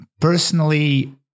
personally